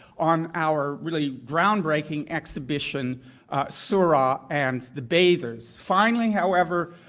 on our really ground-breaking exhibition seurat and the bathers. finally, however,